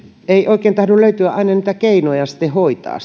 ei oikein tahdo löytyä aina niitä keinoja sitten hoitaa